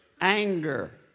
Anger